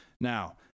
Now